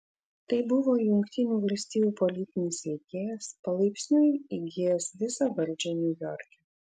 tai buvo jungtinių valstijų politinis veikėjas palaipsniui įgijęs visą valdžią niujorke